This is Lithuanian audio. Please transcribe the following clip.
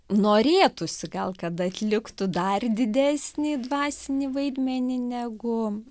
norėtųsi gal kad atliktų dar didesnį dvasinį vaidmenį negu